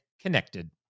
connected